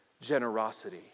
generosity